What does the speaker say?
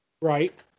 Right